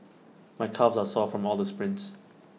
my calves are sore from all the sprints